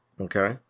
Okay